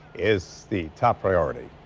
is the top priority.